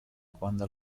quando